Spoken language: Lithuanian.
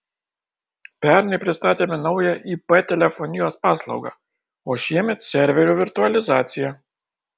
pernai pristatėme naują ip telefonijos paslaugą o šiemet serverių virtualizaciją